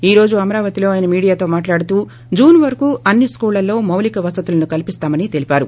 ఈ రోజు అమరావతిలో అయన మీడియాతో మాట్లాడుతూ జూన్ వరకూ అన్ని స్కూళ్లలో మౌలిక వసతులు కల్సిస్తామని తెలిపారు